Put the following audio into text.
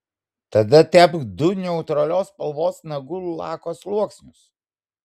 tada tepk du neutralios spalvos nagų lako sluoksnius